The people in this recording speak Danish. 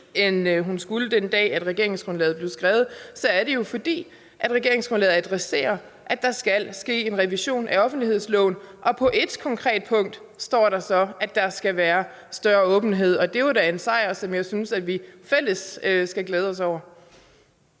end hun skulle den dag, hvor regeringsgrundlaget blev skrevet, så er det jo, fordi regeringsgrundlaget adresserer, at der skal ske en revision af offentlighedsloven. Og på et konkret punkt står der så, at der skal være større åbenhed. Det er jo da en sejr, som jeg synes vi i fællesskab skal glæde os over.